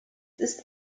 ist